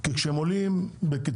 כי כשהם עולים בקיצוניות,